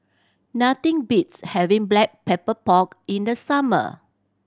nothing beats having Black Pepper Pork in the summer